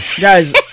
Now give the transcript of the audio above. guys